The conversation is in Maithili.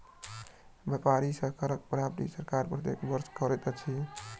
व्यापारी सॅ करक प्राप्ति सरकार प्रत्येक वर्ष करैत अछि